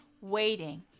waiting